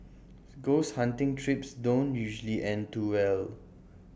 ghost hunting trips don't usually end too well